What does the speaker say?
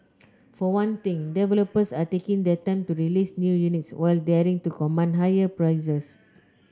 for one thing developers are taking their time to release new units while daring to command higher prices